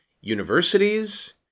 universities